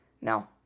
No